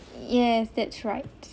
yes that's right